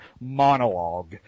monologue